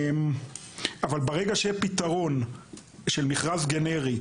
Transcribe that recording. ברגע שיהיה פתרון של מכרז גנרי,